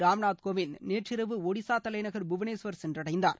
ராம்நாத் கோவிந்த் நேற்றிரவு ஒடிசா தலைநகர் புவனேஸ்வர் சென்றடைந்தார்